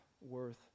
worth